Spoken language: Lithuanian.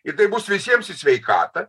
ir tai bus visiems į sveikatą